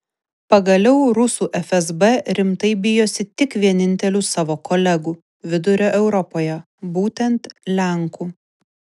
pagaliau rusų fsb rimtai bijosi tik vienintelių savo kolegų vidurio europoje būtent lenkų